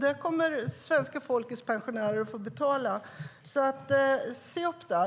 Det kommer svenska folkets pensionärer att få betala. Se upp där!